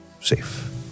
safe